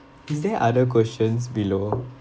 is there other questions below